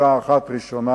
פגישה אחת ראשונה,